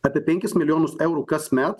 apie penkis milijonus eurų kasmet